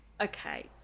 okay